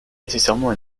nécessairement